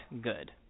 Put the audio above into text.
good